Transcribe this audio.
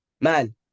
man